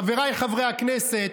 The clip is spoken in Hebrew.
חבריי חברי הכנסת,